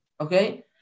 okay